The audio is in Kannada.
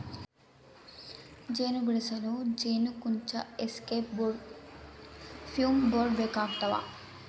ಜೇನು ಬಿಡಿಸಲು ಜೇನುಕುಂಚ ಎಸ್ಕೇಪ್ ಬೋರ್ಡ್ ಫ್ಯೂಮ್ ಬೋರ್ಡ್ ಬೇಕಾಗ್ತವ